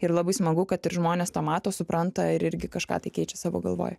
ir labai smagu kad ir žmonės to mato supranta ir irgi kažką tai keičia savo galvoj